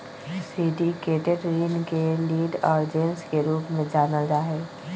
syndicated ऋण के lead arrangers के रूप में जानल जा हई